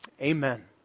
Amen